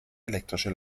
elektrische